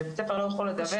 בית הספר לא יכול לדווח.